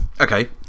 Okay